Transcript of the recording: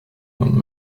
und